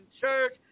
church